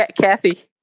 kathy